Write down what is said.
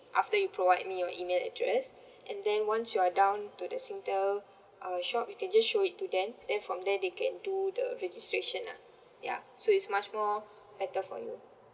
after you provide me your email address and then once you are down to the singtel uh shop you can just show it to them then from there they can do the registration lah ya so it's much more better for you